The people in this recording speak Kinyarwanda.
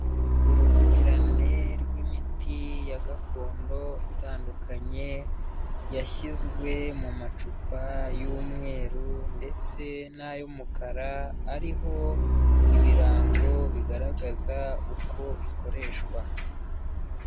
Uruhurirane rw'imiti ya gakondo itandukanye, yashyizwe mu macupa y'umweru ndetse n'ay'umukara ariho ibirango bigaragaza uko ikoreshwa.